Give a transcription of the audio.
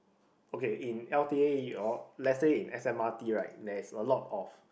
okay in l_t_a you all let's say in S m_r_t right there's a lot of